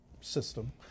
system